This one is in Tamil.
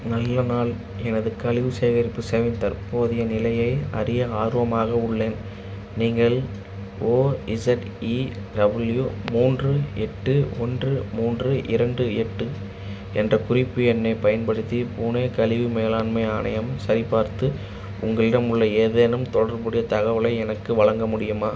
நல்ல நாள் எனது கழிவு சேகரிப்பு சேவையின் தற்போதைய நிலையை அறிய ஆர்வமாக உள்ளேன் நீங்கள் ஓஇஸெட்இடபள்யூ மூன்று எட்டு ஒன்று மூன்று இரண்டு எட்டு என்ற குறிப்பு எண்ணைப் பயன்படுத்தி புனே கழிவு மேலாண்மை ஆணையம் சரிபார்த்து உங்களிடம் உள்ள ஏதேனும் தொடர்புடைய தகவலை எனக்கு வழங்க முடியுமா